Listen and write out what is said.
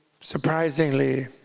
surprisingly